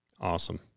awesome